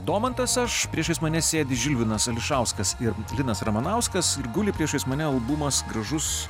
domantas aš priešais mane sėdi žilvinas ališauskas ir linas ramanauskas ir guli priešais mane albumas gražus